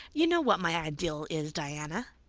you know what my ideal is, diana.